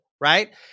right